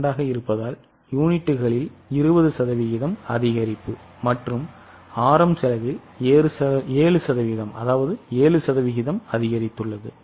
2 ஆக இருப்பதால் யூனிட்டுகளில் 20 சதவீதம் அதிகரிப்பு மற்றும் RM செலவில் 7 சதவீதம் அதிகரித்துள்ளது